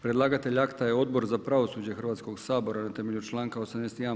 Predlagatelj akta je Odbor za pravosuđe Hrvatskog sabora na temelju članka 81.